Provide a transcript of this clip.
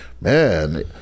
man